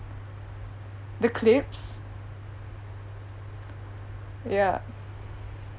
the clips ya